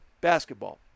basketball